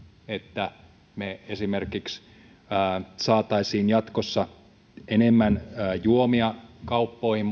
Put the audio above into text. että me esimerkiksi saisimme jatkossa enemmän juomia kauppoihin